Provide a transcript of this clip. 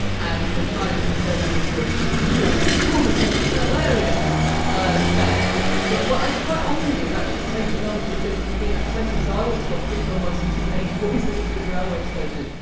and i try and to to turn that into a short, informative but hilarious ah set but what i quite often do is actually take examples of things that have been upsetting. so i once got picked on by some teenage boys at ipswich railway station,